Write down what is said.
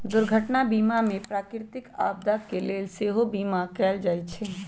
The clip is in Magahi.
दुर्घटना बीमा में प्राकृतिक आपदा के लेल सेहो बिमा कएल जाइ छइ